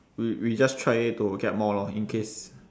we we just try to get more lor in case